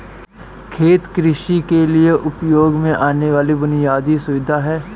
खेत कृषि के लिए उपयोग में आने वाली बुनयादी सुविधा है